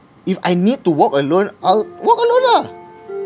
if I need to walk alone I'll walk alone ah